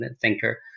thinker